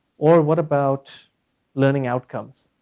or what about learning outcomes?